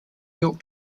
york